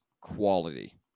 quality